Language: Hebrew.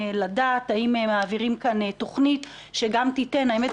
לדעת האם מעבירים כאן תוכנית שגם תיתן האמת,